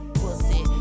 pussy